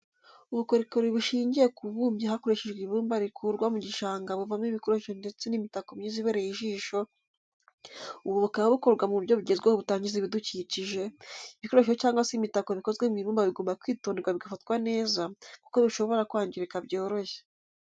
Ubukorikori bushingiye ku bubumbyi hakoreshejwe ibumba rikurwa mu gishanga buvamo ibikoresho ndetse n'imitako myiza ibereye ijisho, ubu bukaba bukorwa mu buryo bugezweho butangiza ibidukikije, ibikoresho cyangwa se imitako bikozwe mu ibumba bigomba kwitonderwa bigafatwa neza kuko bishobora kwangirika byoroshye.